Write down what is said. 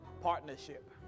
partnership